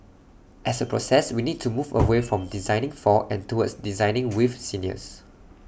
as A process we need to move away from designing for and towards designing with seniors